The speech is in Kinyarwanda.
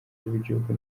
rw’igihugu